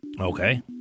Okay